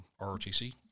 rotc